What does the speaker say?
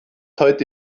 heute